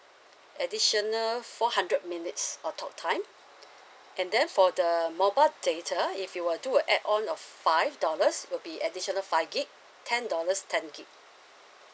additional four hundred minutes of talk time and then for the mobile data if you will do a add on of five dollars will be additional five gig ten dollars ten gig